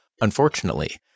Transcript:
Unfortunately